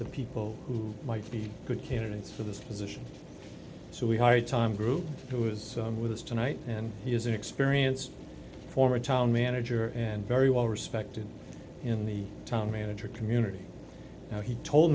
the people who might be good candidates for this position so we hired time group who is with us tonight and he is an experienced former town manager and very well respected in the town manager community now he told